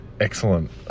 excellent